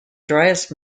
driest